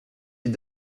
est